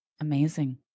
Amazing